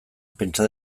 pentsa